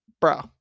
Bro